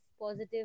positive